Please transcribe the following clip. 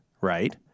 right